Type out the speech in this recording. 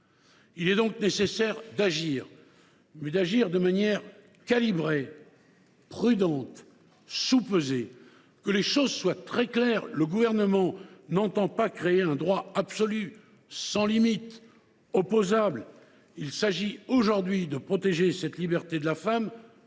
s’il est nécessaire d’agir, il faut le faire de manière calibrée, prudente, soupesée. Que les choses soient très claires : le Gouvernement n’entend pas créer un droit absolu, sans limites, opposable. Il s’agit aujourd’hui de protéger cette liberté de la femme,